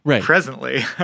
presently